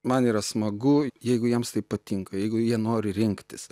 man yra smagu jeigu jiems tai patinka jeigu jie nori rinktis